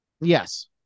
Yes